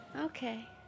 Okay